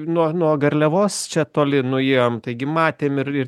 nuo nuo garliavos čia toli nuėjom taigi matėm ir ir